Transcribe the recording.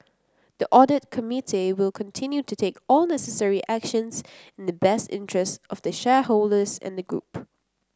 the audit committee will continue to take all necessary actions in the best interests of the shareholders and the group